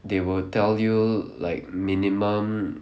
they will tell you like minimum